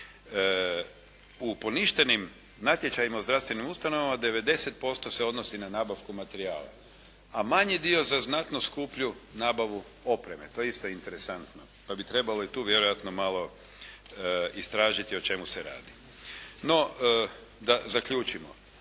U poništenim natječajima u zdravstvenim ustanovama 90% se odnosi na nabavku materijala a manji dio za znatno skuplju nabavu opreme, to je isto interesantno pa bi trebalo i tu vjerojatno malo istražiti o čemu se radi. No, da zaključimo.